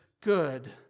good